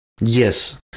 Yes